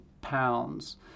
pounds